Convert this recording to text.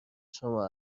شما